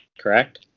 correct